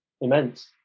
immense